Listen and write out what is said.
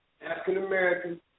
African-American